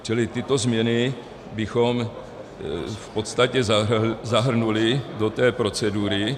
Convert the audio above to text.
Čili tyto změny bychom v podstatě zahrnuli do té procedury.